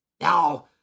Now